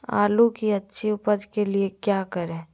आलू की अच्छी उपज के लिए क्या करें?